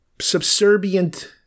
subservient